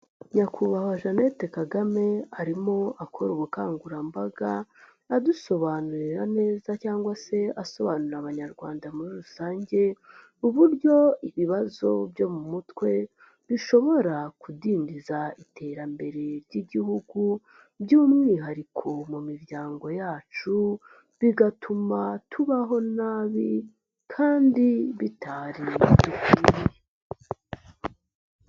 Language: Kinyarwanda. Nyakubahwa Jeanette Kagame arimo akora ubukangurambaga, adusobanurira neza cyangwa se asobanurira abanyarwanda muri rusange, uburyo ibibazo byo mu mutwe bishobora kudindiza iterambere ry'Igihugu, by'umwihariko mu miryango yacu bigatuma tubaho nabi kandi bitari bidukwiriye.